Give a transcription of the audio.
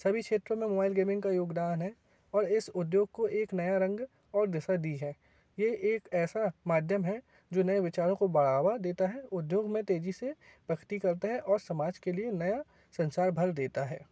सभी क्षेत्रों में मोबाइल गेमिंग का योगदान है और इस उद्योग को एक नया रंग और दिशा दी है ये एक ऐसा माध्यम है जो नए विचारों को बढ़ावा देता है उद्योग में तेजी से प्रगति करता है और समाज के लिए नया संसार भर देता है